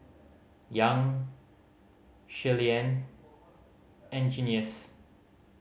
Young Shirleyann and Junious